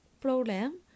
problem